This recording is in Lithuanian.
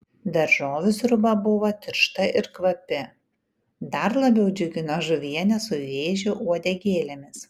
daržovių sriuba buvo tiršta ir kvapi dar labiau džiugino žuvienė su vėžių uodegėlėmis